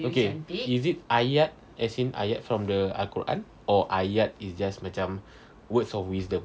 okay is it ayat as in ayat from the al-quran or ayat is just macam words of wisdom